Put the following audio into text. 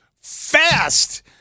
fast